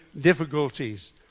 difficulties